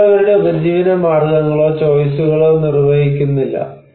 മറ്റുള്ളവരുടെ ഉപജീവന മാർഗ്ഗങ്ങളോ ചോയിസുകളോ നിർവഹിക്കുന്നില്ല